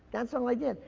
that's all i did.